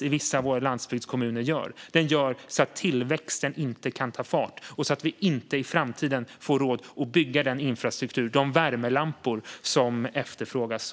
i vissa av våra landsbygdskommuner gör. Den gör så att tillväxten inte kan ta fart, och den gör så att vi i framtiden inte får råd att bygga den infrastruktur, de värmelampor, som efterfrågas.